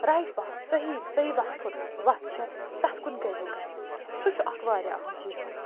right path صحیٖح صحیٖح وَتھہِ کُن وَتھ چھِ تَتھ کُن کٔرۍ ہوٗکھ گایڈ سُہ چھُ واریاہ اَکھ أہم چیٖز آسان